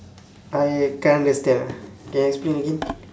I can't understand ah can explain again